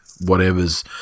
whatever's